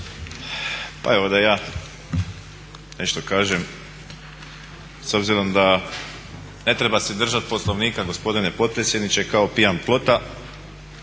Pa evo da i ja nešto kažem s obzirom da ne treba se držati Poslovnika gospodine potpredsjedniče kao pijan plota